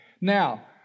Now